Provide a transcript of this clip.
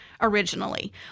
originally